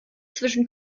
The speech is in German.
zwischen